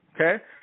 Okay